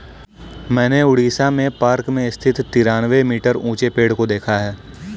मैंने उड़ीसा में पार्क में स्थित तिरानवे मीटर ऊंचे पेड़ को देखा है